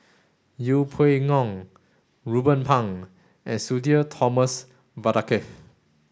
Yeng Pway Ngon Ruben Pang and Sudhir Thomas Vadaketh